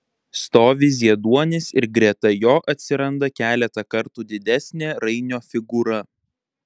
stovi zieduonis ir greta jo atsiranda keletą kartų didesnė rainio figūra